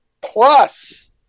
plus